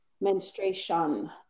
Menstruation